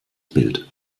bild